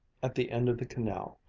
at the end of the canal,